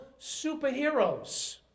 superheroes